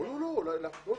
לא, להפנות